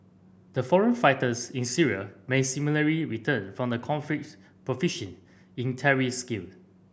the foreign fighters in Syria may similarly return from the conflict proficient in terrorist skill